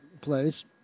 place